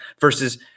Versus